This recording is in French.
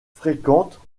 fréquentent